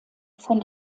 von